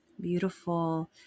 beautiful